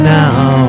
now